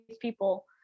people